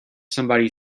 somebody